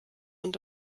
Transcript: und